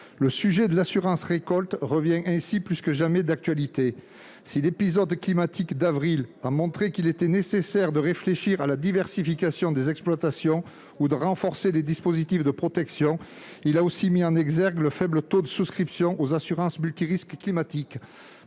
question de l'assurance récolte est-elle plus que jamais d'actualité. Si l'épisode climatique du mois d'avril a montré qu'il était nécessaire de réfléchir à la diversification des exploitations ou de renforcer les dispositifs de protection, il a aussi mis en exergue le faible taux de souscription aux contrats d'assurance multirisque climatique.